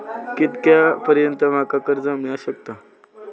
कितक्या पर्यंत माका कर्ज मिला शकता?